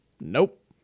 Nope